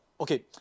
okay